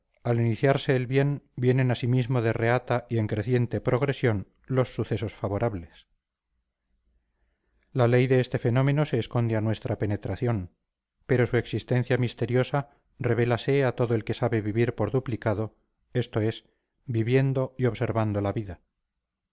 al iniciarse el bien vienen asimismo de reata y en creciente progresión los sucesos favorables la ley de este fenómeno se esconde a nuestra penetración pero su existencia misteriosa revélase a todo el que sabe vivir por duplicado esto es viviendo y observando la vida